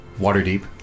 Waterdeep